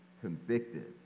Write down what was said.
convicted